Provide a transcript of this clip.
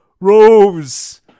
Rose